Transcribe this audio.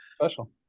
special